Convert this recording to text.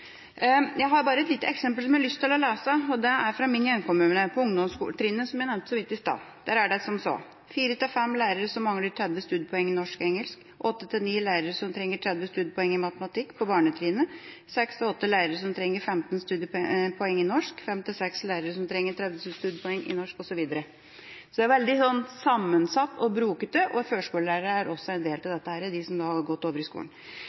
Jeg har bare et lite eksempel som jeg har lyst til å lese opp, og det er fra min hjemkommune på ungdomstrinnet, som jeg nevnte så vidt i sted. Der er det som så: fire–fem lærere som mangler 30 studiepoeng i norsk og engelsk åtte–ni lærere som trenger 30 studiepoeng i matematikk på barnetrinnet seks–åtte lærere som trenger 15 studiepoeng i norsk fem–seks lærere som trenger 30 studiepoeng i norsk, osv. Det er veldig sammensatt og brokete, og førskolelærere er også en del av dette, de som nå har gått over i skolen.